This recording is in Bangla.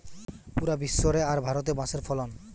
পুরা বিশ্ব রে আর ভারতে বাঁশের ফলন